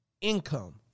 income